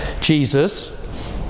Jesus